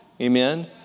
Amen